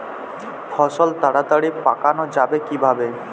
ফসল তাড়াতাড়ি পাকানো যাবে কিভাবে?